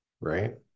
right